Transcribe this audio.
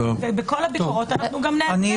ואנחנו גם נעדכן